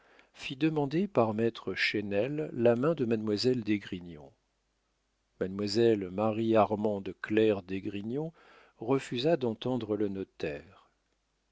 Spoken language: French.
fit demander par maître chesnel la main de mademoiselle d'esgrignon mademoiselle marie armande claire d'esgrignon refusa d'entendre le